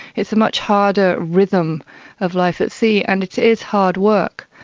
is a much harder rhythm of life at sea, and it is hard work.